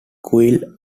quail